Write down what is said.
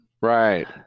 Right